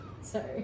Sorry